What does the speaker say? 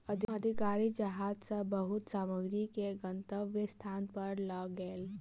अधिकारी जहाज सॅ बहुत सामग्री के गंतव्य स्थान पर लअ गेल